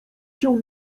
się